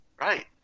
Right